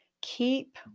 keep